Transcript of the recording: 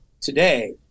today